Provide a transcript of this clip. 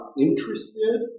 interested